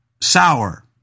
sour